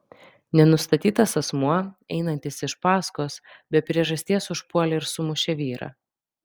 nenustatytas asmuo einantis iš paskos be priežasties užpuolė ir sumušė vyrą